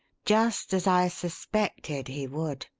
just as i suspected he would.